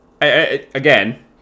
Again